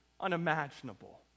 unimaginable